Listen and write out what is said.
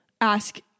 ask